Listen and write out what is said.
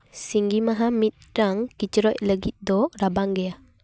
ᱥᱤᱸᱜᱤ ᱢᱟᱦᱟ ᱢᱤᱫᱴᱟᱝ ᱠᱤᱪᱨᱚᱡ ᱞᱟᱹᱜᱤᱫ ᱫᱚ ᱨᱟᱵᱟᱝ ᱜᱮᱭᱟ